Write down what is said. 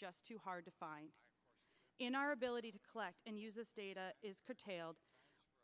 just too hard to find in our ability to collect and use this data